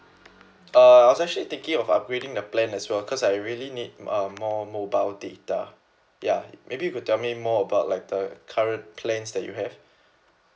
uh I was actually thinking of upgrading the plan as well cause I really need um more mobile data ya maybe you could tell me more about like the current plans that you have